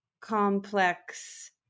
complex